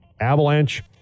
Avalanche